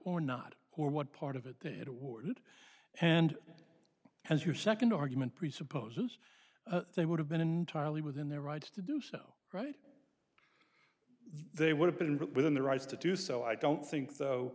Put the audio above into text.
or not or what part of it they had awarded and as your second argument presupposes they would have been entirely within their rights to do so right they would have been within their rights to do so i don't think though